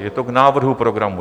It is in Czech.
Je to k návrhu programu.